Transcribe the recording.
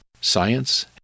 science